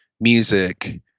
music